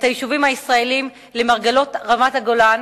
היישובים הישראליים למרגלות רמת-הגולן,